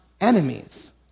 enemies